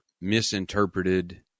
misinterpreted